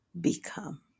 become